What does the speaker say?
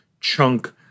chunk